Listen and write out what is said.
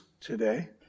today